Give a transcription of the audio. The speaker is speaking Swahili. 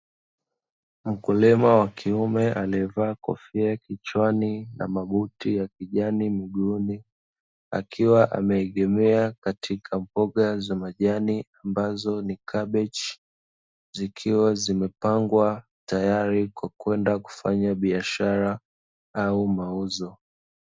Mkulima wa kiume amevaa kofia kichwani na mabuti ya kijani mguuni, akiwa ameegemea katika mboga za majani ambazo ni kabichi, zikiwa zimepangwa tayari kwa kwenda kufanya biashara au mauzo.